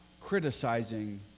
criticizing